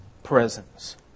Presence